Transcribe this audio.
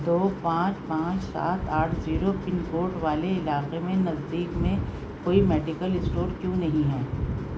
دو پانچ پانچ سات آٹھ زیرو پن کوڈ والے علاقے میں نزدیک میں کوئی میڈیکل اسٹور کیوں نہیں ہے